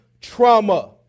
trauma